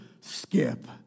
Skip